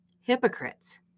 Hypocrites